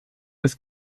das